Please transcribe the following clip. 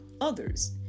others